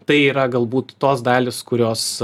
tai yra galbūt tos dalys kurios